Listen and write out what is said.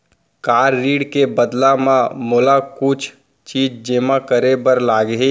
का ऋण के बदला म मोला कुछ चीज जेमा करे बर लागही?